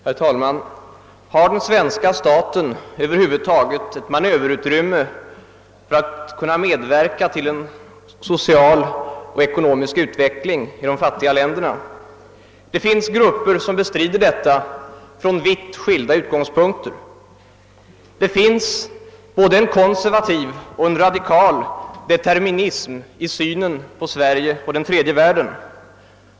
Herr talman! Har den svenska staten över huvud taget ett manöverutrymme för att kunna medverka till en social och ekonomisk utveckling i de fattiga länderna? Det finns grupper som bestrider detta från vitt skilda utgångspunkter. Det finns både en konservativ och en radikal determinism i synen på Sverige och den tredje världen.